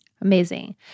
Amazing